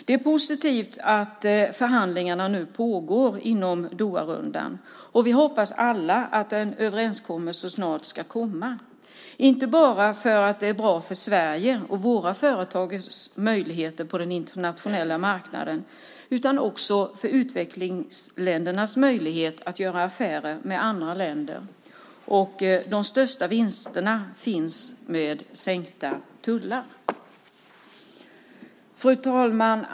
Det är positivt att förhandlingarna nu pågår inom Doharundan. Vi hoppas alla att en överenskommelse snart ska komma, inte bara för att det är bra för Sverige och våra företags möjligheter på den internationella marknaden utan också för utvecklingsländernas möjlighet att göra affärer med andra länder. De största vinsterna finns med sänkta tullar. Fru talman!